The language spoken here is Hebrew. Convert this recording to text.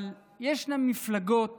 אבל יש מפלגות